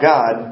God